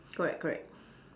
correct correct